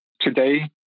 today